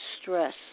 stress